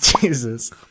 Jesus